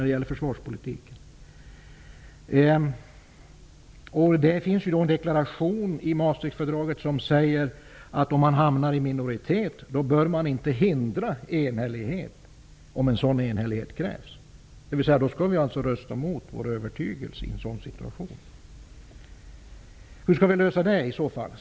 Det finns en deklaration i Maastrichtfördraget som säger att om man hamnar i minoritet bör man inte hindra enhällighet om sådan krävs. Alltså skall vi rösta mot vår övertygelse i en sådan situation. Hur löser vi det i sådana fall?